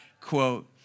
quote